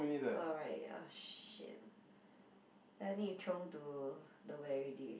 oh right ya shit then I need throw to the where already